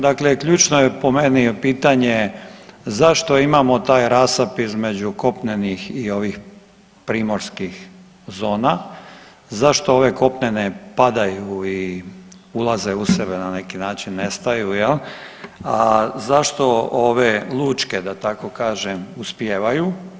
Dakle, ključno je po meni pitanje zašto imamo taj rasap između kopnenih i ovih primorskih zona, zašto ove kopnene padaju i ulaze u sebe na neki način nestaju jel, a zašto ove lučke da tako kažem uspijevaju?